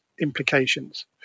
implications